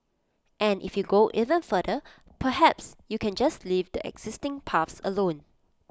and if you go even further perhaps you can just leave the existing paths alone